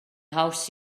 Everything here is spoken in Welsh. haws